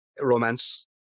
romance